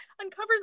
uncovers